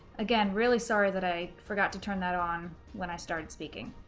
again, really sorry that i forgot to turn that on when i started speaking.